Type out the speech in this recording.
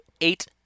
eight